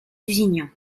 lusignan